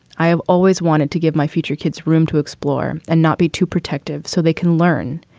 i have always wanted to give my future kids room to explore and not be too protective so they can learn,